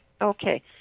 Okay